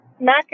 Mac